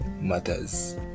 matters